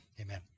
amen